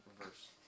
Reverse